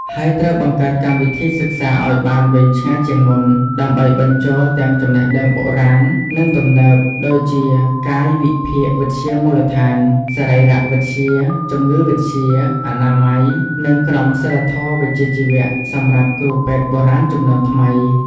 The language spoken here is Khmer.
ហើយត្រូវបង្កើតកម្មវិធីសិក្សាអោយបានវែងឆ្ងាយជាងមុន ដើម្បីបញ្ចូលទាំងចំណេះដឹងបុរាណ និងទំនើប ដូចជាកាយវិភាគវិទ្យាមូលដ្ឋាន សរីរវិទ្យា ជំងឺវិទ្យា អនាម័យ និងក្រមសីលធម៌វិជ្ជាជីវៈ សម្រាប់គ្រូពេទ្យបុរាណជំនាន់ថ្មី។